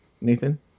Nathan